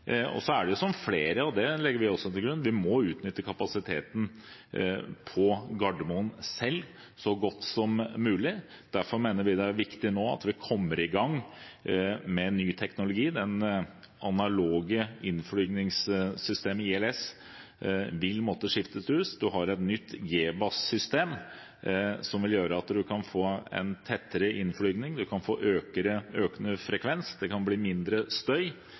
og så er det sånn, som flere mener, og det legger vi også til grunn, at vi må utnytte kapasiteten på Gardermoen så godt som mulig. Derfor mener vi det er viktig nå at vi kommer i gang med ny teknologi. Det analoge innflygningssystemet ILS vil måtte skiftes ut. Man har et nytt GBAS-system, som vil gjøre at man kan få en tettere innflygning, man kan få økende frekvens, det kan bli mindre støy.